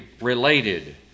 related